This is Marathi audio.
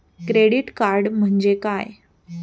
क्रेडिट कार्ड म्हणजे काय?